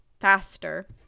faster